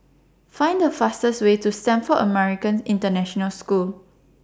Find The fastest Way to Stamford American International School